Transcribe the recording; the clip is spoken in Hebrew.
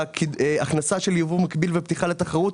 הכנסה של ייבוא מקביל ופתיחה לתחרות.